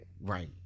Right